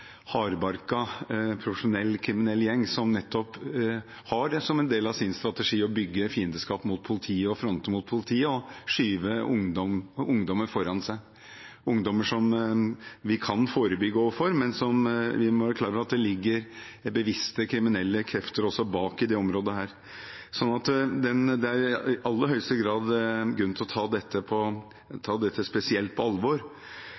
del av sin strategi å bygge fiendskap og fronter mot politiet og skyve ungdommer foran seg. Dette er ungdommer vi kan forebygge overfor, men vi må være klar over at det ligger bevisste kriminelle krefter bak, også i dette området. Det er i aller høyeste grad grunn til å ta dette spesielt på alvor,